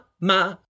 ma